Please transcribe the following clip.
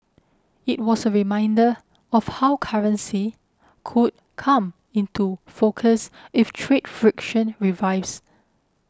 it was a reminder of how currency could come into focus if trade friction revives